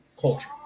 culture